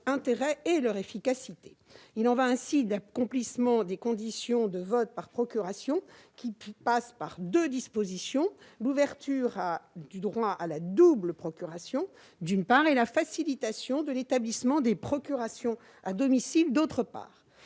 Il en va ainsi de l'assouplissement des conditions de vote par procuration, qui passe par deux dispositions : l'ouverture du droit à la double procuration, d'une part, la facilitation de l'établissement des procurations à domicile, d'autre part.